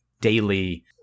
daily